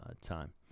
time